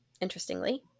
interestingly